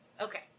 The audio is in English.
Okay